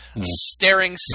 staring